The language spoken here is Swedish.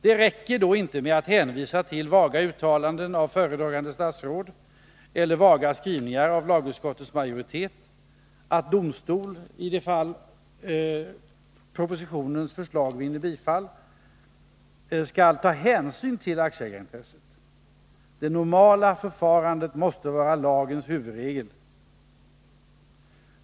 Det räcker då inte med att hänvisa till vaga uttalanden av föredragande statsråd eller vaga skrivningar av lagutskottets majoritet om att domstol — ifall propositionens förslag vinner bifall — skall ta hänsyn till aktieägarintresset. Det normala förfarandet måste vara lagens huvudregel.